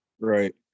Right